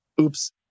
Oops